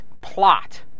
plot